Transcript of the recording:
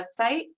website